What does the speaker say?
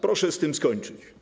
Proszę z tym skończyć.